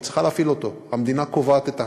והיא צריכה להפעיל אותו: המדינה קובעת את החוקים,